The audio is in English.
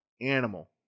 Animal